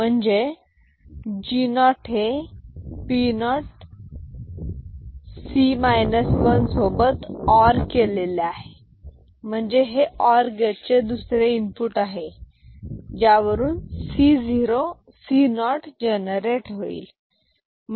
म्हणजे G0 हे P0C 1 सोबत और केलेले आहे म्हणजे हे ओर गेटचे दुसरे इनपुट आहे आणि यावरून C 0 जनरेट होईल